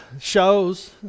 shows